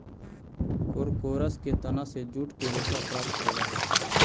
कोरकोरस के तना से जूट के रेशा प्राप्त होवऽ हई